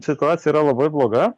situacija yra labai bloga